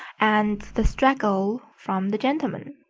and the straggle from the gentleman.